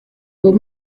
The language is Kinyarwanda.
uwo